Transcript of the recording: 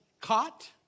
caught